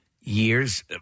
years